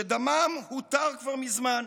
שדמם הותר כבר מזמן.